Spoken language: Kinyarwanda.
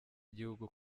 igihugu